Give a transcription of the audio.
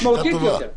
משמעותית יותר.